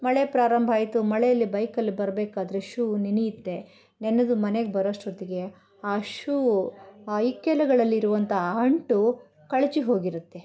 ಮಳೆ ಪ್ರಾರಂಭ ಆಯ್ತು ಮಳೆಯಲ್ಲಿ ಬೈಕಲ್ಲಿ ಬರಬೇಕಾದ್ರೆ ಶೂ ನೆನೆಯುತ್ತೆ ನೆನೆದು ಮನೆಗೆ ಬರೋಷ್ಟ್ಹೊತ್ತಿಗೆ ಆ ಶೂ ಆ ಇಕ್ಕೆಲಗಳಲ್ಲಿರುವಂಥ ಆ ಅಂಟು ಕಳಚಿ ಹೋಗಿರುತ್ತೆ